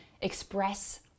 express